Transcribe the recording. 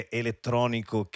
elettronico